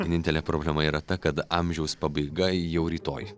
vienintelė problema yra ta kad amžiaus pabaiga jau rytoj